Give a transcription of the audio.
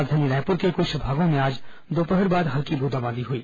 राजधानी रायपुर के कुछ भागों में आज दोपहर बाद हल्की ब्रंदाबांदी हुई